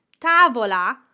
tavola